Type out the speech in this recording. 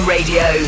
Radio